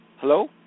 Hello